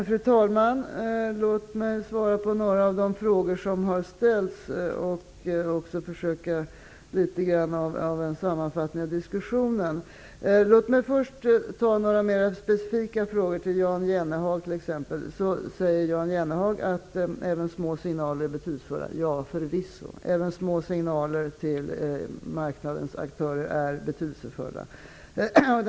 Fru talman! Låt mig svara på några av de frågor som har ställts. Jag skall försöka göra en liten sammanfattning av diskussionen, men först skall jag ta upp några mer specifika frågor. Jan Jennehag säger att även små signaler till marknadens aktörer är betydelsefulla. Så är det förvisso.